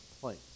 place